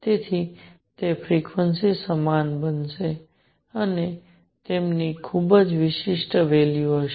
તેથી તે ફ્રિક્વન્સીસ સમાન બનશે અને તેમની ખૂબ જ વિશિષ્ટ વેલ્યુ હશે